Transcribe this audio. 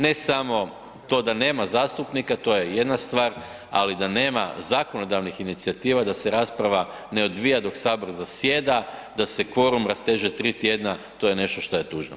Ne samo to da nema zastupnika, to je jedna stvar, ali da nema zakonodavnih inicijativa da se rasprava ne odvija dok sabor zasjeda, da se kvorum rasteže tri tjedna, to je nešto šta je tužno.